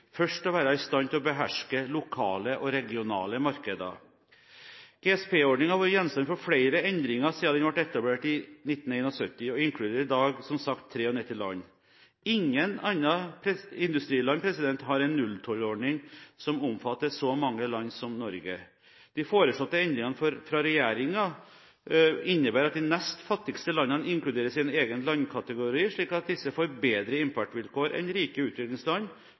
først å være i stand til å beherske lokale og regionale markeder. GSP-ordningen har vært gjenstand for flere endringer siden den ble etablert i 1971, og inkluderer i dag som sagt 93 land. Ingen andre industriland har en nulltollordning som omfatter så mange land, som Norge. De foreslåtte endringene fra regjeringen innebærer at de nest fattigste landene inkluderes i en egen landkategori, slik at disse får bedre importvilkår enn rike utviklingsland,